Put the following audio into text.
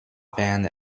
band